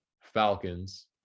falcons